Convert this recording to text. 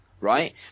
right